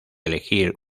elegir